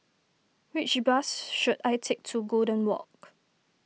which bus should I take to Golden Walk